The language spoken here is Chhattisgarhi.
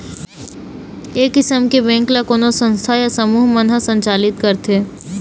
ए किसम के बेंक ल कोनो संस्था या समूह मन ह संचालित करथे